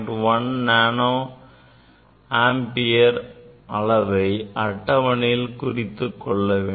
1 nano ampere அளவை அட்டவணையில் குறித்துக் கொள்ள வேண்டும்